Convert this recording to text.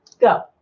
Go